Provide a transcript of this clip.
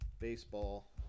baseball